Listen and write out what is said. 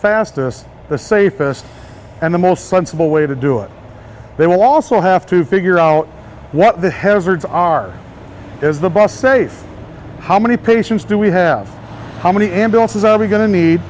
fastest the safest and the most sensible way to do it they will also have to figure out what the hazards are is the best safe how many patients do we have how many ambulances are we going to